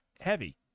heavy